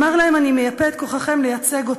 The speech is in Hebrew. הוא אמר להם: אני מייפה את כוחכם לייצג אותי.